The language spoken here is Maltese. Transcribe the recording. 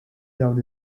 dawn